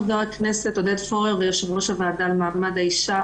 חבר הכנסת ויושב-ראש הוועדה למעמד האישה